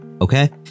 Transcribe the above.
okay